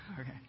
okay